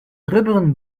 rubberen